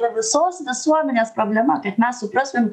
yra visos visuomenės problema kad mes suprastumėm